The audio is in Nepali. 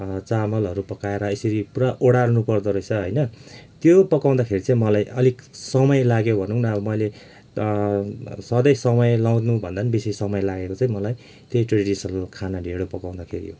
चामलहरू पकाएर यसरी पुरा ओडाल्नु पर्दोरहेछ होइन त्यो पकाउँदाखेरि चाहिँ मलाई अलिक समय लाग्यो भनौँ न अब मैले सधैँ समय लगाउनेभन्दा पनि बेसी समय लागेको थियो मलाई त्यही ट्रेडिसनल खाना ढेँडो पकाउँदाखेरि हो